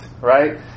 right